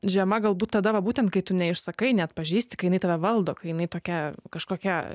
žema galbūt tada va būtent kai tu neišsakai neatpažįsti kai jinai tave valdo kai jinai tokia kažkokia